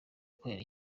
ukorera